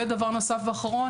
ודבר נוסף ואחרון,